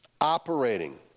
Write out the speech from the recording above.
operating